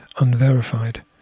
unverified